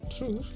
True